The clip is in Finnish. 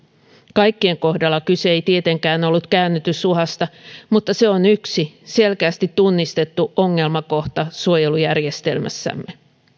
kaikkien kohdalla kyse ei tietenkään ollut käännytysuhasta mutta se on yksi selkeästi tunnistettu ongelmakohta suojelujärjestelmässämme